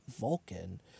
Vulcan